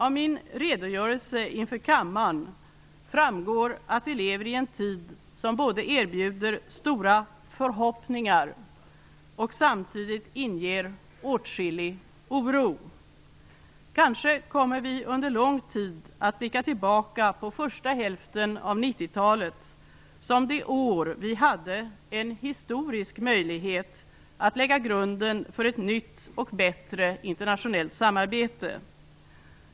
Av min redogörelse inför kammaren framgår att vi lever i en tid som både erbjuder stora förhoppningar och inger åtskillig oro. Kanske kommer vi under lång tid att blicka tillbaka på första hälften av 90-talet som de år vi hade en historisk möjlighet att lägga grunden för ett nytt och bättre internationellt samarbete.